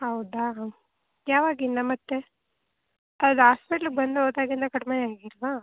ಹೌದಾ ಹಾಂ ಯಾವಾಗಿಂದ ಮತ್ತೆ ಅದು ಆಸ್ಪಿಟ್ಲ್ಗೆ ಬಂದು ಹೋದಾಗಿಂದ ಕಡಿಮೆ ಆಗಿಲ್ವಾ